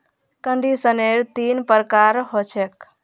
conditioner तीन प्रकारेर ह छेक